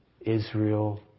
Israel